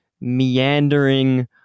meandering